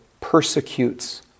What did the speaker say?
persecutes